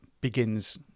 begins